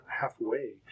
halfway